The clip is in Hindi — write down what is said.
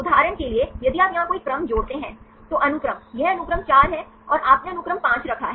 उदाहरण के लिए यदि आप यहाँ कोई क्रम जोड़ते हैं तो अनुक्रम यह अनुक्रम 4 है और आपने अनुक्रम 5 रखा है